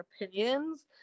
opinions